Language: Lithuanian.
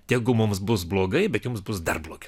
tegu mums bus blogai bet jums bus dar blogiau